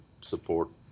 support